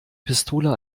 pistole